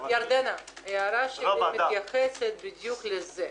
ירדנה, ההערה שלי מתייחסת בדיוק לזה.